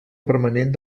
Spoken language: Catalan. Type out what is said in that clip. permanent